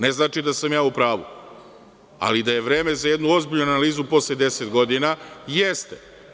Ne znači da sam ja u pravu, ali da je vreme za jednu ozbiljnu analizu posle 10 godina – jeste.